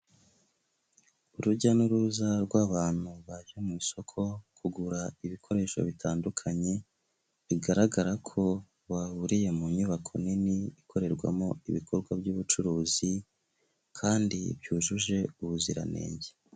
Urujya n'uruza rw'abantu baje mu isoko kugura ibikoresho bitandukanye, bigaragara ko bahuriye mu nyubako nini ikorerwamo ibikorwa by'ubucuruzi kandi byujuje ubuziranenge.